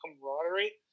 camaraderie